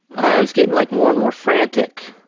i was getting like more and more frantic.